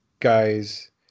Guys